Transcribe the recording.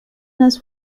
das